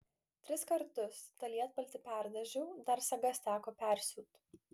tris kartus tą lietpaltį perdažiau dar sagas teko persiūt